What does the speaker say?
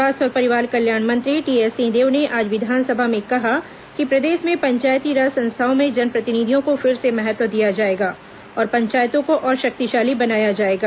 स्वास्थ्य और परिवार कल्याण मंत्री टीएस सिंहदेव ने आज विधानसभा में कहा कि प्रदेश में पंचायती राज संस्थाओं में जनप्रतिनिधियों को फिर से महत्व दिया जाएगा और पंचायतों को और शक्तिशाली बनाया जाएगा